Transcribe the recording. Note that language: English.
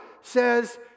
says